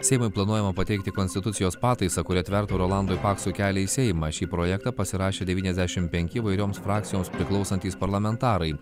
seimui planuojama pateikti konstitucijos pataisą kuri atvertų rolandui paksui kelią į seimą šį projektą pasirašė devyniasdešim penki įvairioms frakcijoms priklausantys parlamentarai